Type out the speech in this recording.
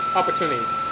opportunities